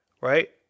right